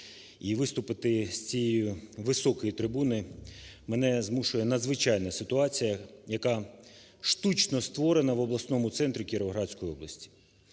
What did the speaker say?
виступити з цієї високої трибуни мене змушує надзвичайна ситуація, яка штучно створена в обласному центрі Кіровоградської області.